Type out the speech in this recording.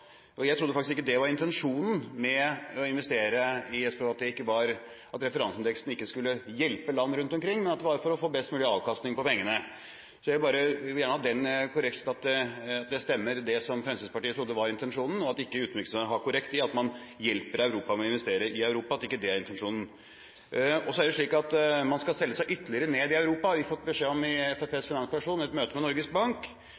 Europa. Jeg trodde faktisk ikke det var intensjonen med å investere, at referanseindeksen ikke skulle hjelpe land rundt omkring, men få best mulig avkastning av pengene. Jeg vil gjerne ha det korrekt, at det stemmer det som Fremskrittspartiet trodde var intensjonen, og at utenriksministeren ikke var korrekt med hensyn til at man hjelper Europa ved å investere i Europa, at det ikke er intensjonen. Man skal selge seg ytterligere ned i Europa, har vi fått beskjed om av Fremskrittspartiets finansperson i et møte med Norges Bank.